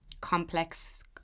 complex